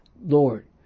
lord